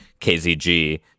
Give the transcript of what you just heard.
kzg